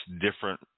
different